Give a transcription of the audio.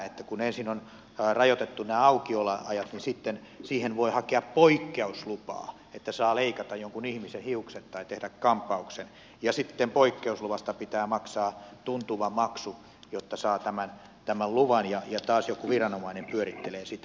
kun ensin on rajoitettu nämä aukioloajat sitten siihen voi hakea poikkeuslupaa että saa leikata jonkun ihmisen hiukset tai tehdä kampauksen ja sitten poikkeusluvasta pitää maksaa tuntuva maksu jotta saa tämän luvan ja taas joku viranomainen pyörittelee sitä